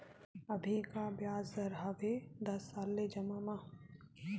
अभी का ब्याज दर हवे दस साल ले जमा मा?